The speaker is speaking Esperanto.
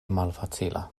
malfacila